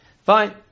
Fine